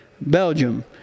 Belgium